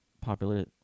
popular